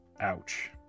Ouch